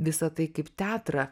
visa tai kaip teatrą